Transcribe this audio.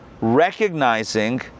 recognizing